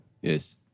Yes